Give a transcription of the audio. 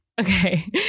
okay